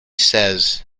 says